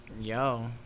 Yo